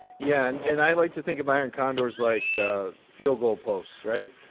yeah, and i like to think of iron condors like field goal posts, right?